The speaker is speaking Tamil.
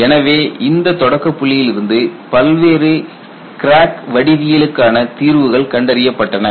எனவே இந்த தொடக்க புள்ளியிலிருந்து பல்வேறு கிராக் வடிவியலுக்கான தீர்வுகள் கண்டறியப்பட்டன